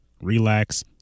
relax